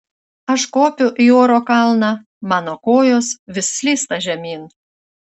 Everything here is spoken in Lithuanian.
aš kopiu į oro kalną mano kojos vis slysta žemyn